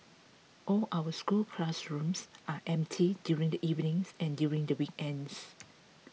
all our school classrooms are empty during the evenings and during the weekends